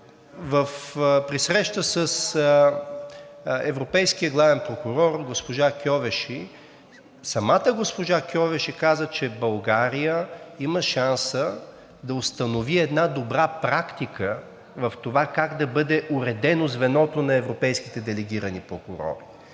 при среща с европейския главен прокурор госпожа Кьовеши, самата госпожа Кьовеши каза, че България има шанса да установи една добра практика в това как да бъде уредено звеното на европейските делегирани прокурори.